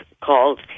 called